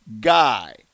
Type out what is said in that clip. guy